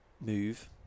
move